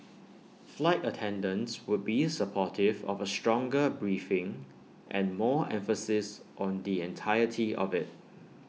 flight attendants would be supportive of A stronger briefing and more emphasis on the entirety of IT